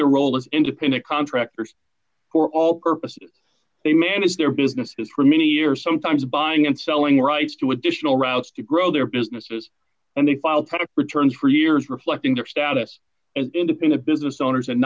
their role as independent contractors for all purposes they managed their businesses for many years sometimes buying and selling rice to additional routes to grow their businesses and they filed product returns for years reflecting their status as independent business owners and